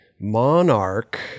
Monarch